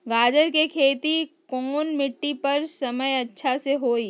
गाजर के खेती कौन मिट्टी पर समय अच्छा से होई?